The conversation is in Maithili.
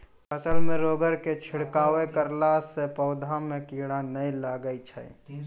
फसल मे रोगऽर के छिड़काव करला से पौधा मे कीड़ा नैय लागै छै?